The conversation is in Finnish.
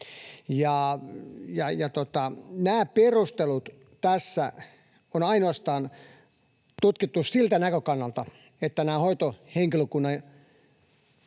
Nämä perustelut tässä on ainoastaan tutkittu siltä näkökannalta, että hoitohenkilökunta